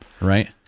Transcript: right